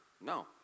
No